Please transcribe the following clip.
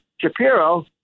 Shapiro